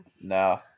No